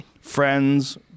Friends